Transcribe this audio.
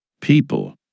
People